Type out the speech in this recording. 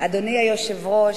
אדוני היושב-ראש,